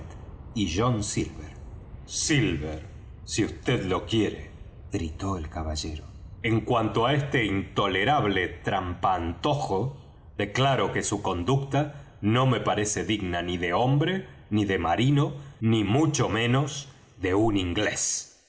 y john silver silver si vd lo quiere gritó el caballero en cuanto á este intolerable trampantojo declaro que su conducta no me parece digna ni de hombre ni de marino ni mucho menos de inglés